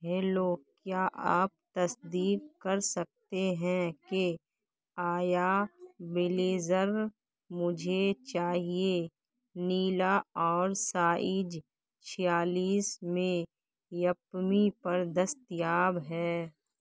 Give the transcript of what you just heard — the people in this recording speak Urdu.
ہیلو کیا آپ تصدیق کر سکتے ہیں کہ آیا بلیزر مجھے چاہیے نیلا اور سائج چھیالیس میں یپمی پر دستیاب ہے